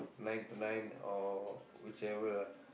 nine to nine or whichever ah